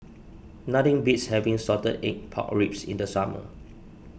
nothing beats having Salted Egg Pork Ribs in the summer